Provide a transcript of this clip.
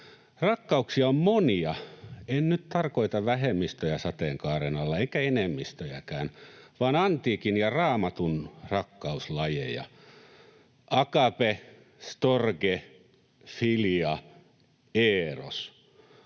Rakkauksia on monia. En nyt tarkoita vähemmistöjä sateenkaaren alla enkä enemmistöjäkään, vaan antiikin ja Raamatun rakkauslajeja: agape, storge, filia, eros.